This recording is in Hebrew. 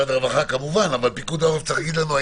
אבל פיקוד העורף צריך לומר אם